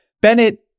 Bennett